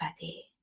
body